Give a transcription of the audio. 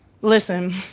Listen